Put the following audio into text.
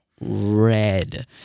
red